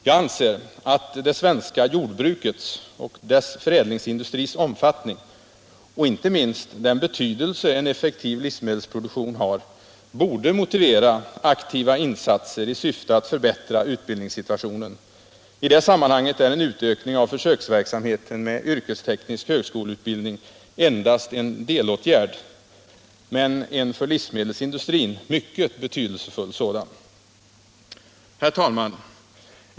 Jag anser att det svenska jordbrukets och dess förädlingsindustris omfattning och inte minst den betydelse en effektiv livsmedelsproduktion har borde motivera aktiva insatser för att förbättra utbildningssituationen. I det sammanhanget är en utökning av försöksverksamheten med yrkesteknisk högskoleutbildning endast en delåtgärd, men en för livsmedelsindustrin mycket betydelsefull sådan. Herr talman!